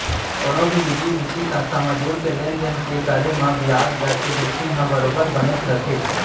कोनो भी निजी बित्तीय संस्था म जुड़के लेन देन के करे म बियाज दर के जोखिम ह बरोबर बनेच रथे